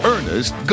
Ernest